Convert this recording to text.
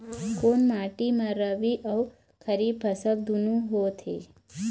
कोन माटी म रबी अऊ खरीफ फसल दूनों होत हे?